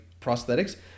prosthetics